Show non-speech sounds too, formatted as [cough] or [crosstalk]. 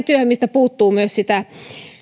[unintelligible] työhön mistä puuttuu sitä